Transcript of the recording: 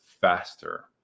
faster